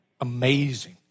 Amazing